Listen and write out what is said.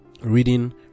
Reading